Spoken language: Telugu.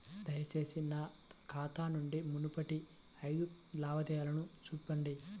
దయచేసి నా ఖాతా నుండి మునుపటి ఐదు లావాదేవీలను చూపండి